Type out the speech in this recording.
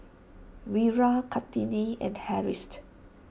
Wira Kartini and Harris